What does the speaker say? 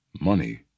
money